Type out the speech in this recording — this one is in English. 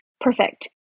perfect